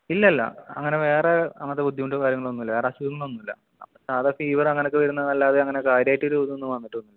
ഇല്ല അല്ല അങ്ങനെ വേറെ അങ്ങനത്തെ ബുദ്ധിമുട്ടും കാര്യങ്ങളൊന്നും ഇല്ല വേറെ അസുഖങ്ങളൊന്നും ഇല്ല സാദാ ഫീവർ അങ്ങനെയൊക്കെ വരുന്നതല്ലാതെ അങ്ങനെ കാര്യമായിട്ട് ഒരു ഇതൊന്നും വന്നിട്ടൊന്നുമില്ല